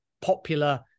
popular